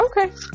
Okay